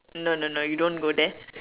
no no no you don't go there